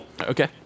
Okay